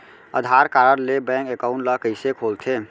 आधार card ले bank account ल कइसे खोलथे?